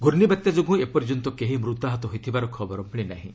ଗ୍ରର୍ଷିବାତ୍ୟା ଯୋଗୁଁ ଏପର୍ଯ୍ୟନ୍ତ କେହି ମୃତାହତ ହୋଇଥିବାର ଖବଳ ମିଳିନାହିଁ